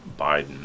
Biden